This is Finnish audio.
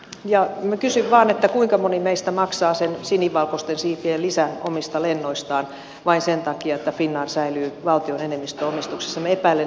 minä kysyn vaan että kuinka moni meistä maksaa sen sinivalkoisten siipien lisän omista lennoistaan vain sen takia että finnair säilyy valtion enemmistöomistuksessa